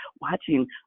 watching